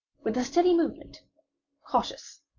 with a steady movement cautious,